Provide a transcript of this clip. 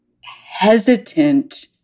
hesitant